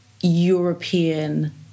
European